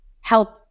help